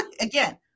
again